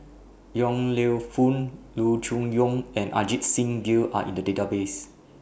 Yong Lew Foong Loo Choon Yong and Ajit Singh Gill Are in The Database